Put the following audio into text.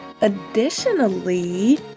Additionally